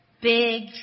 big